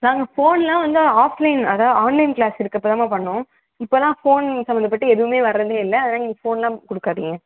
நாங்கள் ஃபோன்லாம் வந்து ஆஃப்லைன் அதான் ஆன்லைன் கிளாஸ் எடுக்கப்போ தாம்மா பண்ணுவோம் இப்போலாம் ஃபோன் சம்மந்தப்பட்டு எதுவுமே வர்றதே இல்லை அதால நீங்கள் ஃபோன்லாம் கொடுக்காதீங்க